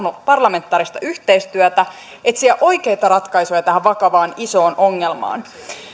parlamentaarista yhteistyötä etsiä oikeita ratkaisuja tähän vakavaan isoon ongelmaan